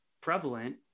prevalent